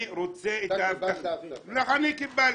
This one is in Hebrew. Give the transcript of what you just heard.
אני רוצה --- אתה קיבלת --- אני קיבלתי.